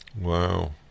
Wow